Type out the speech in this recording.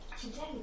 Today